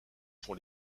pour